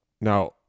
Now